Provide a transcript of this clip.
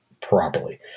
properly